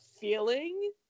feeling